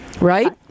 right